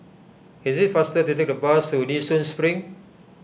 it is faster to take the bus to Nee Soon Spring